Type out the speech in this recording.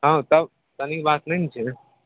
हँ तब तनि बात नहि ने छै